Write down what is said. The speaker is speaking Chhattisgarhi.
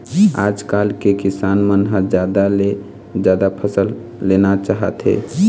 आजकाल के किसान मन ह जादा ले जादा फसल लेना चाहथे